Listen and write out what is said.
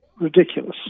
ridiculous